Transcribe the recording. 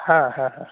হ্যাঁ হ্যাঁ হ্যাঁ